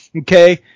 Okay